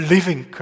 Living